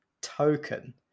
token